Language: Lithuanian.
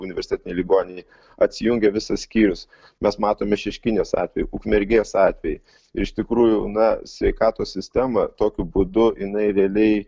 universitetinėj ligoninėj atsijungė visas skyrius mes matome šeškinės atvejį ukmergės atvejį iš tikrųjų na sveikatos sistema tokiu būdu jinai realiai